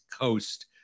Coast